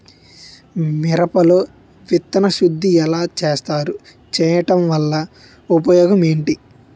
మిరప లో విత్తన శుద్ధి ఎలా చేస్తారు? చేయటం వల్ల ఉపయోగం ఏంటి?